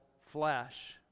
flesh